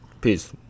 Peace